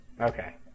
okay